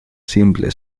simple